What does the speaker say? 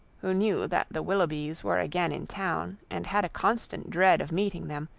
who knew that the willoughbys were again in town, and had a constant dread of meeting them,